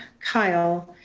kyle,